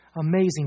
amazing